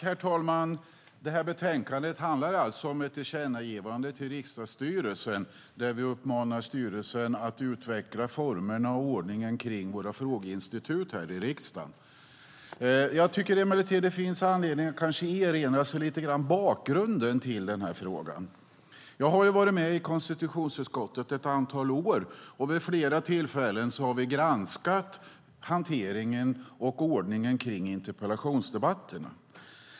Herr talman! Det här betänkandet handlar alltså om ett tillkännagivande till riksdagsstyrelsen där vi uppmanar styrelsen att utveckla formerna och ordningen för frågeinstitutet här i riksdagen. Jag tycker emellertid att det finns anledning att lite grann erinra sig bakgrunden till frågan. Jag har varit med i konstitutionsutskottet ett antal år, och vid flera tillfällen har vi granskat hanteringen och ordningen kring interpellationsdebatterna.